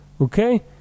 okay